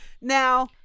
Now